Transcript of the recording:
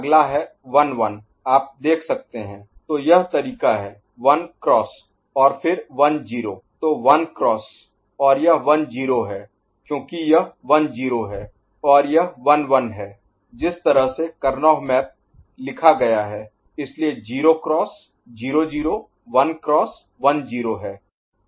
अगला है 1 1 आप देख सकते हैं तो यह तरीका है 1 क्रॉस और फिर 1 0 तो 1 क्रॉस और यह 1 0 है क्योंकि यह 1 0 है और यह 1 1 है जिस तरह से करनौह मैप लिखा गया है इसलिए 0 X 0 0 1 X 1 0 है